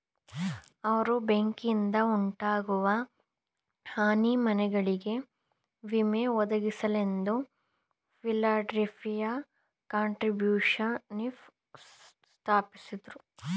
ಅವ್ರು ಬೆಂಕಿಯಿಂದಉಂಟಾಗುವ ಹಾನಿ ಮನೆಗಳಿಗೆ ವಿಮೆ ಒದಗಿಸಲೆಂದು ಫಿಲಡೆಲ್ಫಿಯ ಕಾಂಟ್ರಿಬ್ಯೂಶನ್ಶಿಪ್ ಸ್ಥಾಪಿಸಿದ್ರು